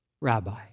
Rabbi